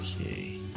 Okay